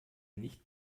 nicht